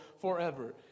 forever